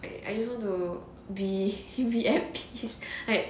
I just want to be at peace like